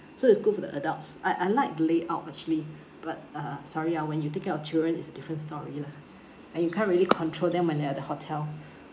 so it's good for the adults I I like the layout actually but uh uh sorry ah when you take care of children it's a different story lah and you can't really control them when they're at the hotel